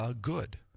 good